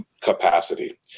capacity